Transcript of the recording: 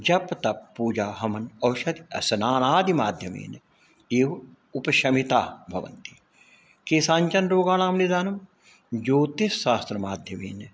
जपतपपूजाहवनौषधासनादि माध्यमेन एव उपशमिताः भवन्ति केषाञ्चन रोगाणां निदानं ज्योतिषशास्त्रमाध्यमेन